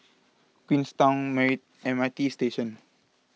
Queenstown marry M R T Station